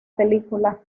película